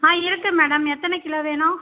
ஆ இருக்குது மேடம் எத்தனை கிலோ வேணும்